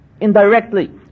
indirectly